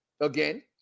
again